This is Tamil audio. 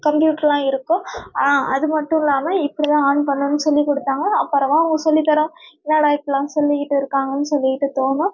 கம்ப்யூட்டருலாம் இருக்கும் ஆ அது மட்டும் இல்லாமல் இப்படி தான் ஆன் பண்ணணும் சொல்லிக் கொடுத்தாங்க அப்புறமா அவங்க சொல்லி தரா என்னடா இப்பிடில்லாம் சொல்லிகிட்டு இருக்காங்கன்னு சொல்லிகிட்டு தோணும்